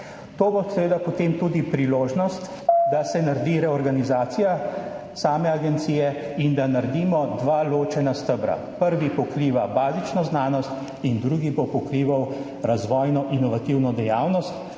To bo seveda potem tudi priložnost, da se naredi reorganizacija same agencije in da naredimo dva ločena stebra. Prvi pokriva bazično znanost in drugi bo pokrival razvojno-inovativno dejavnost,